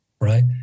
right